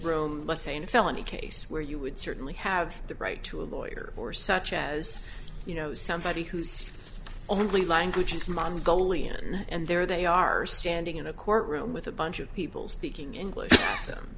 a felony case where you would certainly have the right to a lawyer or such as you know somebody whose only language is mongolian and there they are standing in a court room with a bunch of people speaking english them